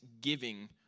giving